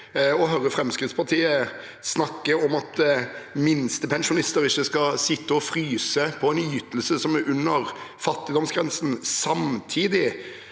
å høre Fremskrittspartiet snakke om at minstepensjonister ikke skal sitte og fryse på en ytelse som er under fattigdomsgrensen, samtidig